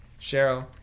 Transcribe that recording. Cheryl